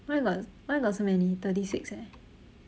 why got why got so many thirty six eh